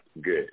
good